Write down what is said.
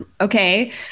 okay